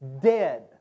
dead